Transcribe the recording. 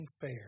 fair